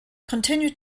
continued